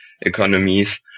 economies